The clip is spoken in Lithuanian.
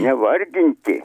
ne vardinti